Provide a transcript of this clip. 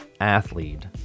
athlete